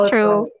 True